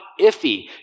iffy